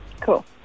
Cool